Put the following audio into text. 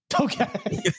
Okay